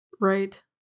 Right